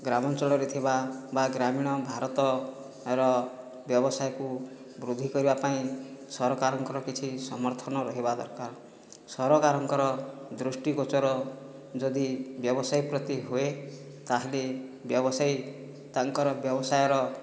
ଗ୍ରାମାଞ୍ଚଳରେ ଥିବା ବା ଗ୍ରାମୀଣ ଭାରତର ବ୍ୟବସାୟକୁ ବୃଦ୍ଧି କରିବା ପାଇଁ ସରକାରଙ୍କର କିଛି ସମର୍ଥନ ରହିବା ଦରକାର ସରକାରଙ୍କର ଦୃଷ୍ଟିଗୋଚର ଯଦି ବ୍ୟବସାୟ ପ୍ରତି ହୁଏ ତାହେଲେ ବ୍ୟବସାୟୀ ତାଙ୍କର ବ୍ୟବସାୟର